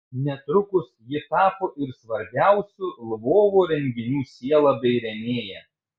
netrukus ji tapo ir svarbiausių lvovo renginių siela bei rėmėja